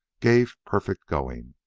gave perfect going,